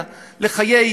לחיי,